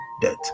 death